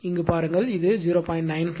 நீங்கள் பாருங்கள் இது 0